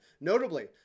Notably